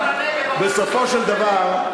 בסופו של דבר,